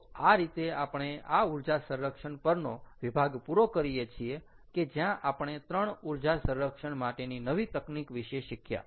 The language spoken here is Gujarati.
તો આ રીતે આપણે આ ઊર્જા સંરક્ષણ પરનો વિભાગ પૂરો કરીએ છીએ કે જ્યાં આપણે 3 ઊર્જા સંરક્ષણ માટેની નવી તકનીક વિશે શિખ્યા